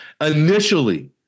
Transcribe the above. initially